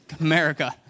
America